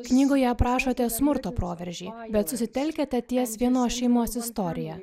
knygoje aprašote smurto proveržį bet susitelkiate ties vienos šeimos istorija